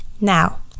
Now